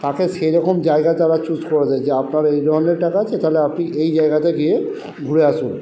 তাকে সেরকম জায়গা তারা চুজ করে দেয় যে আপনার এই ধরণের টাকা আছে তাইলে আপনি এই জায়গাতে গিয়ে ঘুরে আসুন